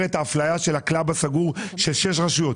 את האפליה של הקלאב הסגור של 6 רשויות.